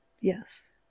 yes